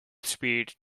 speed